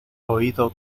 oído